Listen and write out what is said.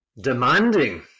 demanding